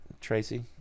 Tracy